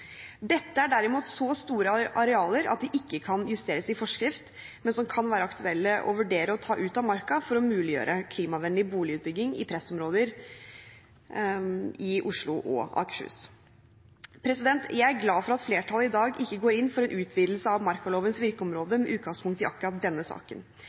Dette er derimot så store arealer at de ikke kan justeres i forskrift, men de kan være aktuelle å vurdere å ta ut av marka for å muliggjøre klimavennlig boligutbygging i pressområder i Oslo og Akershus. Jeg er glad for at flertallet i dag ikke går inn for en utvidelse av markalovens virkeområde med utgangspunkt i akkurat denne saken.